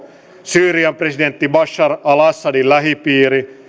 syyrian presidentin bashar al assadin lähipiiri